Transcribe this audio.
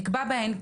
נקבע בהן,